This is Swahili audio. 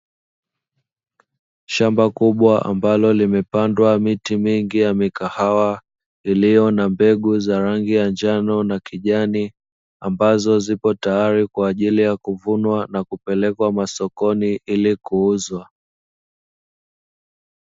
Shamba kubwa, ambalo limepandwa miti mingi ya mikawaha iliyo na mbegu za rangi ya njano na kijani ambazo zipo tayari kwa ajili ya kuvunwa na kupelekwa masokoni Ili kuuzwa.